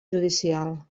judicial